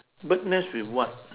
bird nest with what